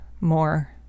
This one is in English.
more